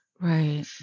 Right